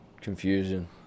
confusion